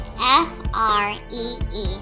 F-R-E-E